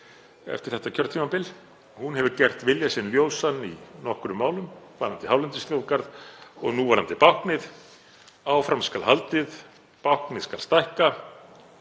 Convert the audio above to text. eftir þetta kjörtímabil, hefur gert vilja sinn ljósan í nokkrum málum varðandi hálendisþjóðgarð og núverandi bákn: Áfram skal haldið, báknið skal stækka.